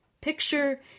Picture